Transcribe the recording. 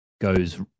goes